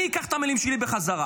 אני אקח את המילים שלי בחזרה.